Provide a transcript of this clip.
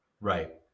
Right